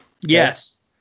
Yes